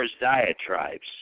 Diatribes